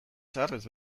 zaharrez